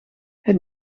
het